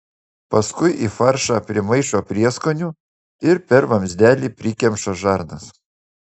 paskui į faršą primaišo prieskonių ir per vamzdelį prikemša žarnas